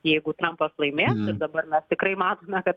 jeigu trampas laimės ir dabar mes tikrai matome kad